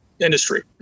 industry